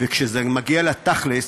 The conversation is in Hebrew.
אבל כשזה מגיע לתכל'ס,